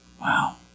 Wow